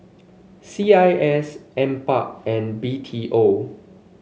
C I S NPARK and B T O